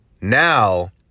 Now